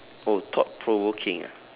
oh thought provoking ah